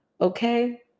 okay